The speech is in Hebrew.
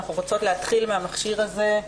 אנחנו רוצות להתחיל מהמכשיר הזה.